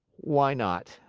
why not?